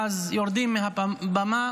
ואז יורדים מהבמה,